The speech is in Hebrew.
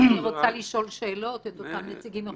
אני רוצה לשאול שאלות את אותם נציגים מכובדים.